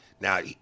Now